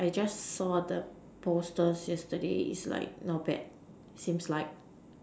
I just saw the posters yesterday it's like not bad seems like